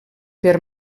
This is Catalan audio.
per